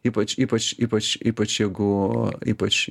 ypač ypač ypač ypač jeigu ypač